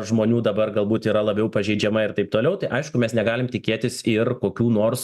žmonių dabar galbūt yra labiau pažeidžiama ir taip toliau tai aišku mes negalim tikėtis ir kokių nors